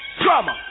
drama